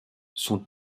son